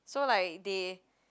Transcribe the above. so like they